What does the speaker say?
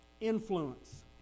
influence